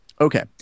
Okay